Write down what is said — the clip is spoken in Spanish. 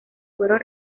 fueron